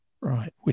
Right